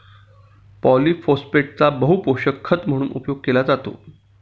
पॉलिफोस्फेटचा बहुपोषक खत म्हणून उपयोग केला जातो